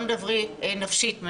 גם נבריא נפשית.